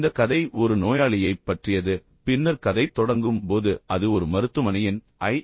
இந்த கதை ஒரு நோயாளியைப் பற்றியது பின்னர் கதை தொடங்கும் போது அது ஒரு மருத்துவமனையின் ஐ